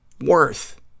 worth